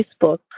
Facebook